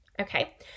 okay